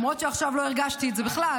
למרות שעכשיו לא הרגשתי את זה בכלל,